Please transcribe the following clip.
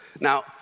Now